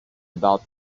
about